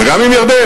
וגם עם ירדן,